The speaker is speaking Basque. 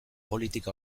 politika